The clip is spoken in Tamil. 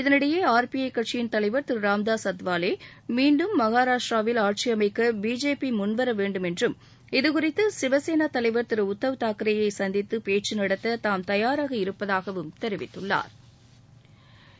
இதனிடையே ஆர் பி ஐ கட்சியின் தலைவர் ராமதாஸ் அத்வாலே மீண்டும் மகாராஷ்டிராவில் ஆட்சி அமைக்க பிஜேபி கட்சி முன்வர வேண்டும் என்றும் இது குறித்து சிவசேனா தலைவர் திரு உத்தவ் தாக்கரேயை சந்தித்து பேச்சு நடத்த தான் தயாராக இருப்பதாகவும் தெரிவித்துள்ளாா்